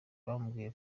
bamubwiye